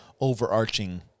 overarching